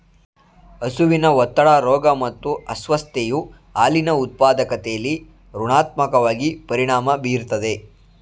ಹಸಿವಿನ ಒತ್ತಡ ರೋಗ ಮತ್ತು ಅಸ್ವಸ್ಥತೆಯು ಹಾಲಿನ ಉತ್ಪಾದಕತೆಲಿ ಋಣಾತ್ಮಕವಾಗಿ ಪರಿಣಾಮ ಬೀರ್ತದೆ